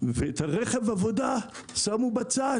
ואת רכב העבודה שמו בצד,